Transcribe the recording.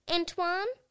Antoine